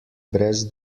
brez